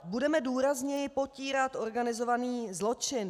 Budeme důrazněji potírat organizovaný zločin.